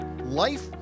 life